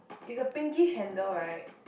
it's a pinkish handle right